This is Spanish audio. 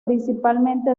principalmente